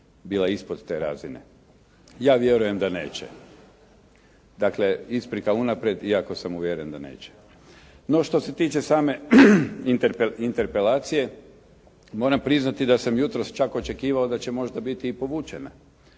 bila i ispod te razine. Ja vjerujem da neće. Dakle, isprika unaprijed iako sam uvjeren da neće. No, što se tiče same interpelacije, moram priznati da sam jutros čak očekivao da će možda biti i povućena.